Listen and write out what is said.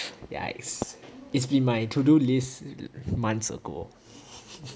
ya it's it's been my to do list months ago